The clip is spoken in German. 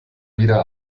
wieder